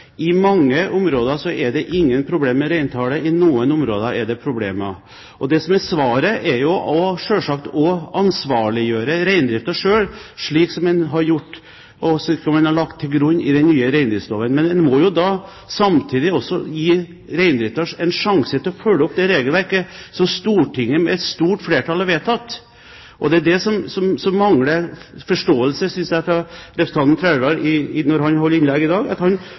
I mange områder er det ingen problemer med reintallet, i noen områder er det problemer. Det som er svaret, er selvsagt å ansvarliggjøre reindriften slik som en har gjort, og slik som man har lagt til grunn i den nye reindriftsloven. Men en må samtidig gi reindriften en sjanse til å følge opp det regelverket som Stortinget, med stort flertall, har vedtatt. Det er mangel på forståelse, synes jeg, fra representanten Trældals side når han holder innlegg i dag.